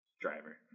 driver